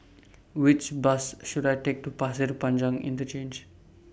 Which Bus should I Take to Pasir Panjang